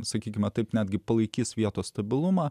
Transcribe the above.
sakykime taip netgi palaikys vietos stabilumą